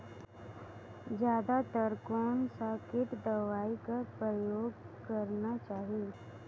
जादा तर कोन स किट दवाई कर प्रयोग करना चाही?